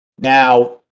now